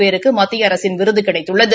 பேருக்கு மத்திய அரசின் விருது கிடைத்துள்ளது